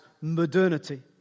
modernity